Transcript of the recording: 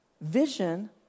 vision